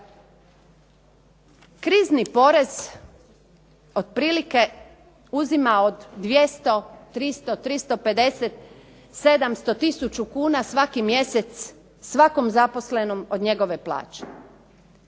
Krizni porez otprilike uzima od 200, 300, 350, 700, 1000 kuna svaki mjesec svakom zaposlenom od njegove plaće.